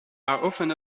often